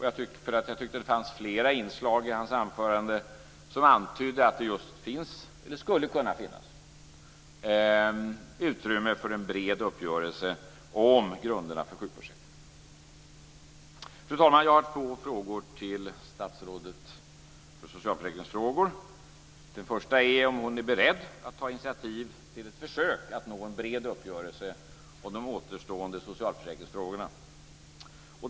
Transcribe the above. Jag tyckte att det fanns flera inslag i hans anförande som antydde att det skulle kunna finnas utrymme för en bred uppgörelse om grunderna för sjukförsäkringen. Fru talman! Jag har två frågor till statsrådet för socialförsäkringsfrågor. Den första är om hon är beredd att ta initiativ till ett försök att nå en bred uppgörelse om de återstående socialförsäkringsfrågorna.